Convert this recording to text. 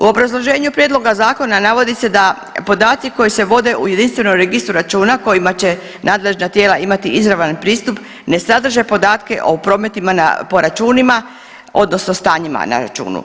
U obrazloženju prijedloga zakona navodi se da podaci koji se vode u jedinstvenom registru računa kojima će nadležna tijela imati izravan pristup ne sadrže podatke o prometima po računima odnosno stanjima na računu.